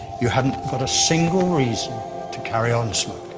you haven't a single reason to carry on smoking.